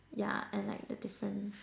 yeah and like the different